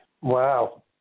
Wow